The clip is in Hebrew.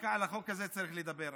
דווקא על החוק הזה צריך לדבר.